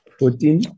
fourteen